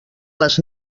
les